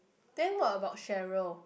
then what about Cheryl